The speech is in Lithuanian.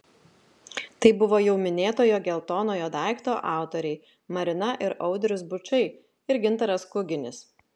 tai buvo jau minėtojo geltonojo daikto autoriai marina ir audrius bučai ir gintaras kuginis